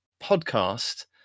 podcast